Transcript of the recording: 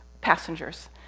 passengers